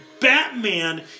Batman